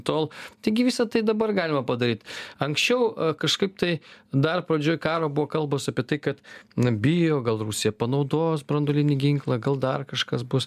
tol taigi visa tai dabar galima padaryt anksčiau kažkaip tai dar pradžioj karo buvo kalbos apie tai kad na bijo gal rusija panaudos branduolinį ginklą gal dar kažkas bus